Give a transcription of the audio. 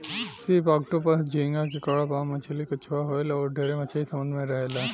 सीप, ऑक्टोपस, झींगा, केकड़ा, बाम मछली, कछुआ, व्हेल अउर ढेरे मछली समुंद्र में रहेले